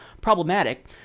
problematic